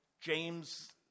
James